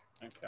Okay